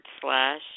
slash